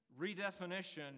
redefinition